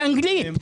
באנגלית.